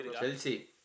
Chelsea